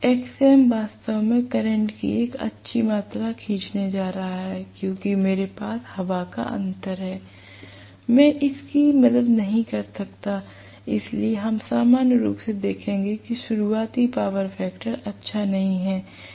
Xm वास्तव में current की एक अच्छी मात्रा खींचने जा रहा है क्योंकि मेरे पास हवा का अंतर है मैं इसकी मदद नहीं कर सकता इसलिए हम सामान्य रूप से देखेंगे कि शुरुआती पावर फैक्टर अच्छा नहीं है